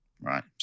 Right